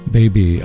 Baby